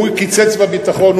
הוא קיצץ לביטחון,